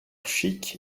chic